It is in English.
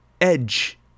edge